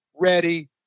ready